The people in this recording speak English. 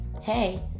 hey